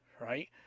right